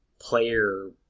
player